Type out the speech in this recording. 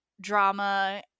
drama